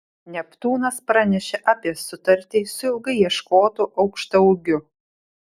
neptūnas pranešė apie sutartį su ilgai ieškotu aukštaūgiu